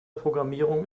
programmierung